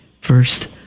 First